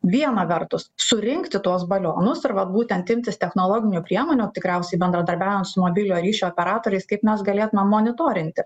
viena vertus surinkti tuos balionus ir vat būtent imtis technologinių priemonių tikriausiai bendradarbiaujant su mobiliojo ryšio operatoriais kaip mes galėtume monitorinti